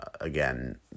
Again